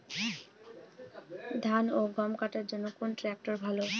ধান ও গম কাটার জন্য কোন ট্র্যাক্টর ভালো?